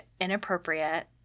inappropriate